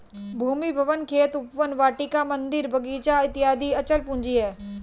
भूमि, भवन, खेत, उपवन, वाटिका, मन्दिर, बगीचा इत्यादि अचल पूंजी है